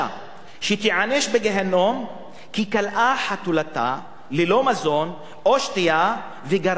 שתיענש בגיהינום כי כלאה חתולתה ללא מזון או שתייה וגרמה למותה.